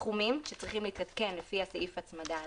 סכומים שצריכים להתעדכן לפי סעיף העדכון הזה,